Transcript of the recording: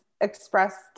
expressed